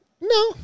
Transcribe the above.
No